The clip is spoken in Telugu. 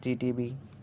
జీటీవీ